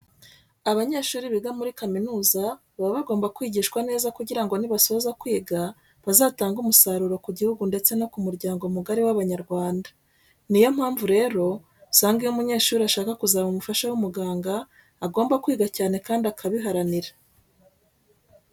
Abanyeshuri biga muri kaminuza baba bagomba kwigishwa neza kugira ngo nibasoza kwiga bazatange umusaruro ku gihugu ndetse no ku muryango mugari w'Abanyarwanda. Ni yo mpamvu rero usanga iyo umunyeshuri ashaka kuzaba umufasha w'umuganga agomba kwiga cyane kandi akabiharanira.